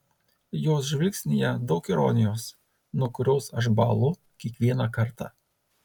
jos žvilgsnyje daug ironijos nuo kurios aš bąlu kiekvieną kartą